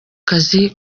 kazi